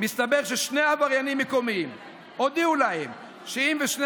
מסתבר ששני עבריינים מקומיים הודיעו להם שאם שני